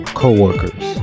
co-workers